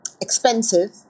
Expensive